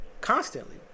constantly